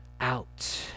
out